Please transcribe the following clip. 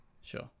sure